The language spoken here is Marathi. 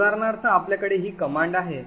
उदाहरणार्थ आपल्याकडे ही command आहे